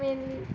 mainly